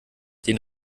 den